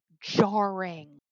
jarring